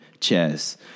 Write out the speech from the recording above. chess